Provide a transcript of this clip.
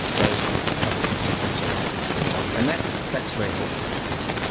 those troublesome symptoms are likely to resolve. and that's that's very helpful to people.